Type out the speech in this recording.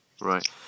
Right